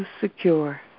secure